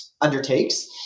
undertakes